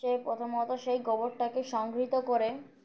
সে প্রথমত সেই গোবরটাকে সংগৃহীত করে